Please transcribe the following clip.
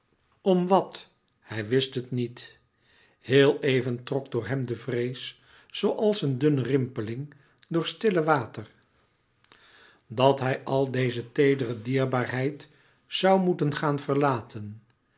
wat hij wist het niet heel even trok door hem de vrees zooals een dunne rimpeling door stille water dat hij al deze teedere dierbaarheid zoû moeten gaan verlaten